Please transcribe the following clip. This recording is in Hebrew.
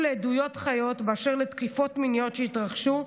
לעדויות חיות באשר לתקיפות מיניות שהתרחשו,